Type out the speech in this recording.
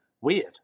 weird